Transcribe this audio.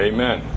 Amen